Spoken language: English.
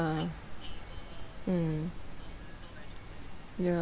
mm ya